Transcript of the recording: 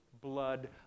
blood